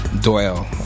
Doyle